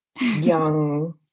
young